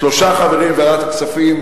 שלושה חברים מוועדת הכספים,